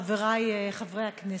חברי חברי הכנסת,